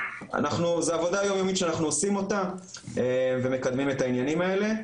זה עבודה יומיומית שאנחנו עושים אותה ומקדמים את העניינים האלה.